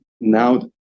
now